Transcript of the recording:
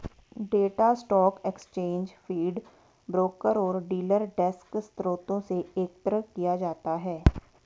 data stock exchange feed, broker और dealer desk स्रोतों से एकत्र किया जाता है